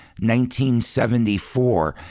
1974